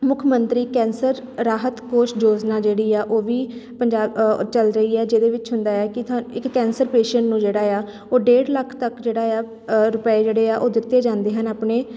ਮੁੱਖ ਮੰਤਰੀ ਕੈਂਸਰ ਰਾਹਤ ਕੋਸ਼ ਯੋਜਨਾ ਜਿਹੜੀ ਆ ਉਹ ਵੀ ਪੰਜਾ ਚੱਲ ਰਹੀ ਆ ਜਿਹਦੇ ਵਿੱਚ ਹੁੰਦਾ ਹੈ ਕਿ ਤੁਹਾ ਇੱਕ ਕੈਂਸਰ ਪੇਸ਼ੈਂਟ ਨੂੰ ਜਿਹੜਾ ਆ ਉਹ ਡੇਢ ਲੱਖ ਤੱਕ ਜਿਹੜਾ ਆ ਰੁਪਏ ਜਿਹੜੇ ਆ ਉਹ ਦਿੱਤੇ ਜਾਂਦੇ ਹਨ ਆਪਣੇ